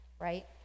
right